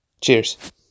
Cheers